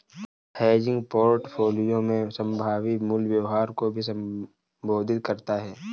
hedging portfolio में संभावित मूल्य व्यवहार को भी संबोधित करता हैं